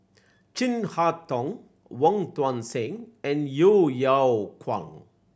Chin Harn Tong Wong Tuang Seng and Yeo Yeow Kwang